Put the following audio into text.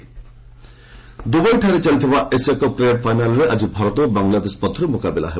Asia cup ଦୁବାଇଠାରେ ଚାଲିଥିବା Asia cup cricket ଫାଇନାଲ୍ରେ ଆଜି ଭାରତ ଓ ବାଙ୍ଗଲାଦେଶ ମଧ୍ୟରେ ମୁକାବିଲା ହେବ